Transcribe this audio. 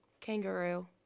kangaroo